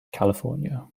california